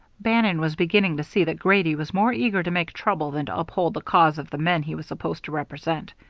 bannon was beginning to see that grady was more eager to make trouble than to uphold the cause of the men he was supposed to represent.